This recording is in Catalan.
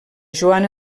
joan